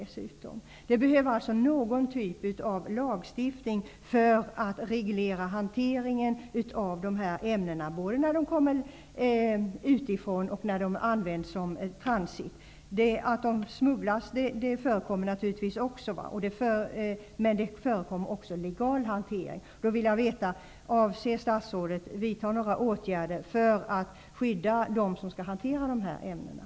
Det behövs alltså någon typ av lagstiftning för att reglera hanteringen av dessa ämnen, både när de införs för användning här och vid transit. Det förekommer naturligtvis också att de smugglas in, men det förekommer också legal hantering.